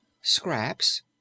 scraps